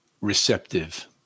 receptive